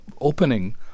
opening